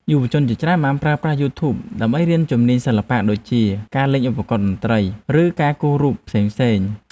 យុវជនជាច្រើនបានប្រើប្រាស់យូធូបដើម្បីរៀនជំនាញសិល្បៈដូចជាការលេងឧបករណ៍តន្ត្រី ឬការគូររូបភាពផ្សេងៗ។